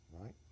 right